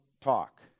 talk